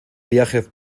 viaje